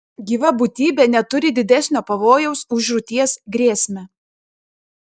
gyva būtybė neturi didesnio pavojaus už žūties grėsmę